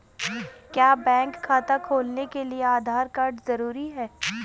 क्या बैंक खाता खोलने के लिए आधार कार्ड जरूरी है?